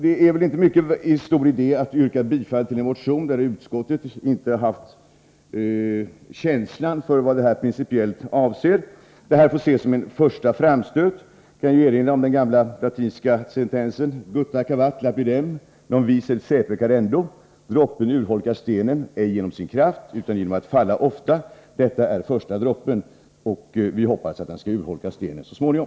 Det är inte stor idé att yrka bifall till en motion, då utskottet inte har haft någon känsla för vad den principiellt avser. Detta får ses som en första framstöt. Jag kan erinra om den gamla latinska sentensen: Gutta cavat lapidem, non vi sed sepe cadendo. Droppen urholkar stenen, ej genom sin kraft utan genom att falla ofta. Detta är första droppen, och vi hoppas att den skall urholka stenen så småningom.